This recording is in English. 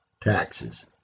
taxes